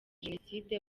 jenoside